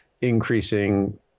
increasing